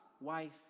wife